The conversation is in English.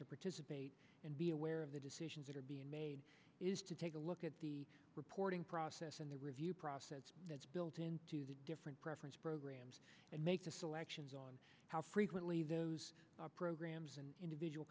to participate and be aware of the decisions that are being made is to take a look at the reporting process and the review process that's built into the different preference programs and make the selections on how frequently those programs and individual